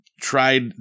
tried